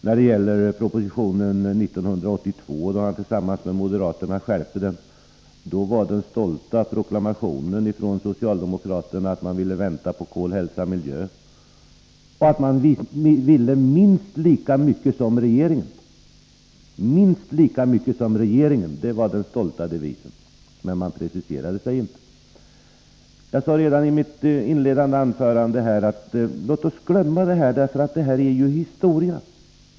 När det gäller propositionen 1982, som socialdemokraterna tillsammans med moderaterna stjälpte, var den stolta proklamationen från socialdemokraterna att man ville Nr 44 vänta på Kol, hälsa och miljö. Man ville minst lika mycket som regeringen, Måndagen den var den stolta devisen. Men man preciserade sig inte. 12 december 1983 Jag sade redan i mitt inledande anförande: Låt oss glömma detta, det är ju historia.